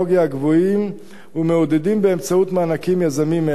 הגבוהים ומעודדים באמצעות מענקים יזמים אלה.